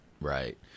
Right